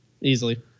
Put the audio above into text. easily